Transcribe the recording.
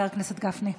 בבקשה, חבר הכנסת גפני.